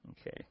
okay